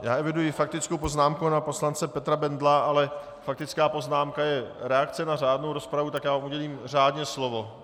Já eviduji faktickou poznámku pana poslance Petra Bendla, ale faktická poznámka je reakce na řádnou rozpravu, tak já mu udělím řádně slovo.